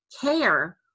care